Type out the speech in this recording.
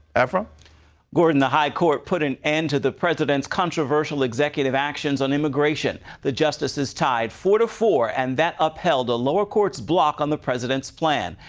efrem gordon, the high court put an end to the president's controversial executive actions on immigration. the justices tied four four, and that upheld a lower court's block on the president's plan.